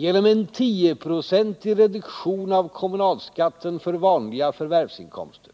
Genom en tioprocentig reduktion av kommunalskatten för vanliga förvärvsinkomster,